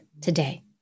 today